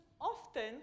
often